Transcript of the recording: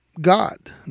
God